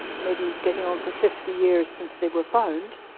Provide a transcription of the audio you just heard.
maybe getting on for fifty years since they were found,